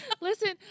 Listen